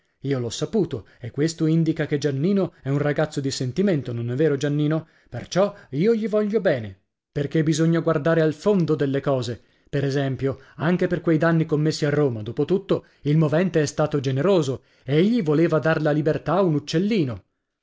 io l'ho saputo e questo indica che giannino è un ragazzo di sentimento non è vero giannino perciò io gli voglio bene perché bisogna guardare al fondo delle cose per esempio anche per quei danni commessi a roma dopo tutto il movente è stato generoso egli voleva dar la libertà a un uccellino